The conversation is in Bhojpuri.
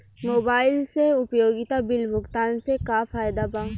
मोबाइल से उपयोगिता बिल भुगतान से का फायदा बा?